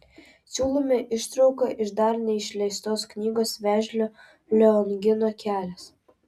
siūlome ištrauką iš dar neišleistos knygos vėžlio liongino kelias